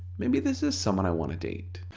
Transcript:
maybe this is someone i wanna date.